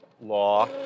law